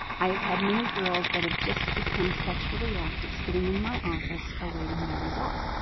i have had many girls that have just become sexually active sitting in my office awaiting their results.